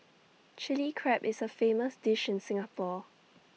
Chilli Crab is A famous dish in Singapore